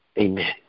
Amen